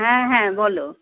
হ্যাঁ হ্যাঁ বলো